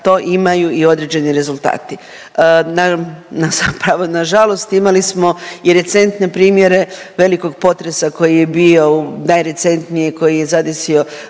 to imaju i određeni rezultati. Na žalost imali smo i recentne primjere velikog potresa koji je bio, najrecentniji koji je zadesio